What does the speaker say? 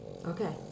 Okay